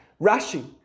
Rashi